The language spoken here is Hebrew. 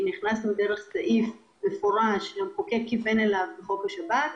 כי נכנסנו דרך סעיף מפורש שהמחוקק כיוון אליו בחוק השב"כ,